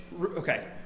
Okay